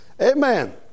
Amen